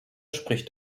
spricht